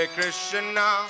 Krishna